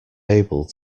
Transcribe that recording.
able